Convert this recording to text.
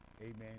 Amen